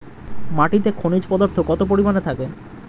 মাটিতে খনিজ পদার্থ কত পরিমাণে থাকে?